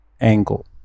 angle